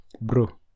Bro